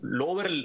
lower